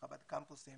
חב"ד קמפוסים